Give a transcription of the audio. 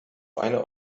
eine